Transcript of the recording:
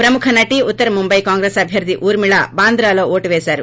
ప్రముఖ నటి ఉత్తర ముంబై కాంగ్రెస్ అభ్వర్ది ఉర్మిలా బాంద్రాలో ఓటు పేశారు